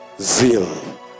zeal